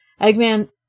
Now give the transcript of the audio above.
Eggman